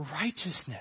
righteousness